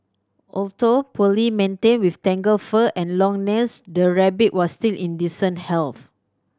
although poorly maintained with tangled fur and long nails the rabbit was still in decent health